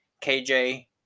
KJ